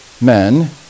men